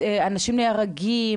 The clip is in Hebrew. אנשים נהרגים,